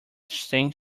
sank